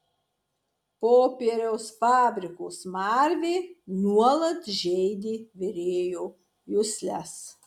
popieriaus fabriko smarvė nuolat žeidė virėjo jusles